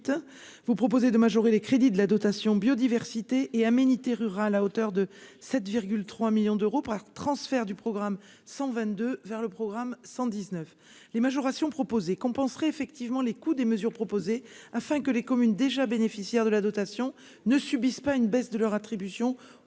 Vous proposez de majorer les crédits de la dotation biodiversité et aménité rural à hauteur de 7 3 millions d'euros pour un transfert du programme 122 vers le programme 119 les majorations compenserait effectivement les coûts des mesures proposées afin que les communes déjà bénéficiaires de la dotation ne subissent pas une baisse de leur attribution au